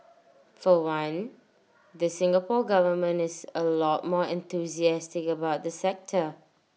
for one the Singapore Government is A lot more enthusiastic about the sector